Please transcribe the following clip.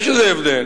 יש איזה הבדל.